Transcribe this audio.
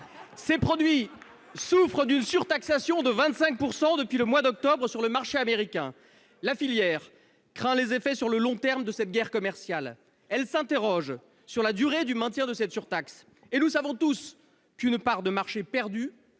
Ces produits souffrent d'une surtaxation de 25 % depuis octobre dernier sur le marché américain. La filière craint les effets de cette guerre commerciale sur le long terme. Elle s'interroge sur la durée du maintien de cette surtaxe. Et nous savons tous qu'une part de marché perdue